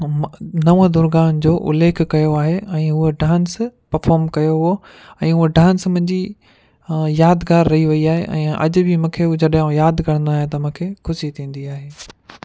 म नव दुर्गनि जो उल्लेख कयो आहे ऐं उहो डांस पर्फ़ोम कयो हो ऐं उहा डांस मुंहिंजी यादगारु रही वई आहे अॼु बि मूंखे जॾहिं आऊं यादि कंदो आहियां त मूंखे ख़ुशी थींदी आहे